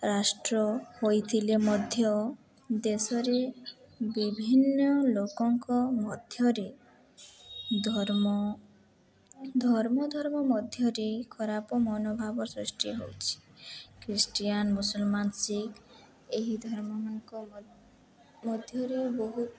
ରାଷ୍ଟ୍ର ହୋଇଥିଲେ ମଧ୍ୟ ଦେଶରେ ବିଭିନ୍ନ ଲୋକଙ୍କ ମଧ୍ୟରେ ଧର୍ମ ଧର୍ମ ଧର୍ମ ମଧ୍ୟରେ ଖରାପ ମନୋଭାବ ସୃଷ୍ଟି ହେଉଛି ଖ୍ରୀଷ୍ଟିଆନ୍ ମୁସଲମାନ ଶିଖ୍ ଏହି ଧର୍ମମାନଙ୍କ ମଧ୍ୟରେ ବହୁତ